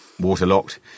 waterlocked